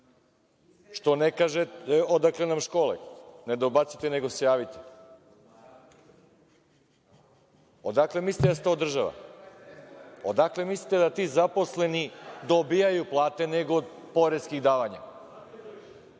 Što ne kažete odakle nam škole. Ne dobacujte, nego se javite. Odakle mislite da se to održava. Odakle mislite da ti zaposleni dobijaju plate nego od poreskih davanja. Ove